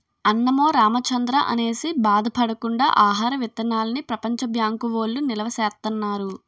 అన్నమో రామచంద్రా అనేసి బాధ పడకుండా ఆహార విత్తనాల్ని ప్రపంచ బ్యాంకు వౌళ్ళు నిలవా సేత్తన్నారు